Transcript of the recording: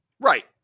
Right